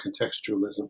contextualism